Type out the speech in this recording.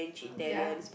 ya